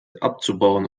abzubauen